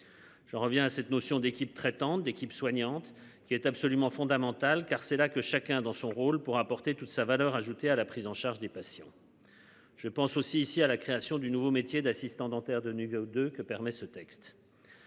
Je reviens à cette notion d'équipe traitante d'équipes soignantes qui est absolument fondamental, car c'est là que chacun dans son rôle pour apporter toute sa valeur ajoutée à la prise en charge des patients. Je pense aussi ici à la création du nouveau métier d'assistant dentaire de Nuvia ou de que permet ce texte.